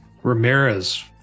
Ramirez